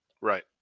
Right